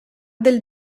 del